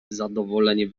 zadowolenie